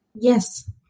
yes